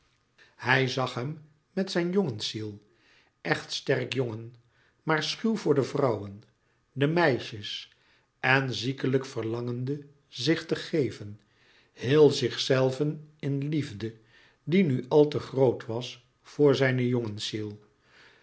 hij zag hem met zijn jongensziel echt sterk jongen maar schuw voor de vrouwen de meisjes en ziekelijk verlangende zich te geven heel zichzelven in liefde die nu al te groot was voor zijne